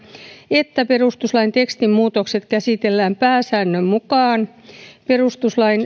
että perustuslain tekstin muutokset käsitellään pääsäännön mukaan perustuslain